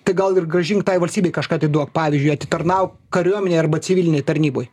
tai gal ir grąžink tai valstybei kažką atiduok pavyzdžiui atitarnauk kariuomenėj arba civilinėj tarnyboj